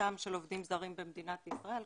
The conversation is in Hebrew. העסקתם של עובדים זרים במדינת ישראל,